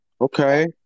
okay